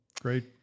Great